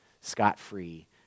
scot-free